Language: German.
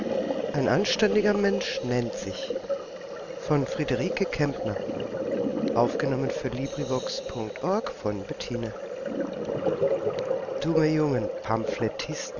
ein anständiger mensch nennt sich dumme jungen